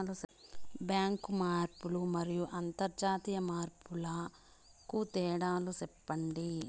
Bank మార్పులు మరియు అంతర్జాతీయ మార్పుల కు తేడాలు సెప్పండి?